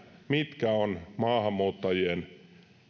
mitkä ovat maahanmuuttajien